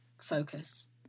focus